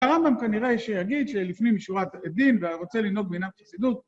הרמב״ם כנראה שיגיד שלפנים משורת הדין, והרוצה לנהוג מינהג חסידות.